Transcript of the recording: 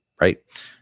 right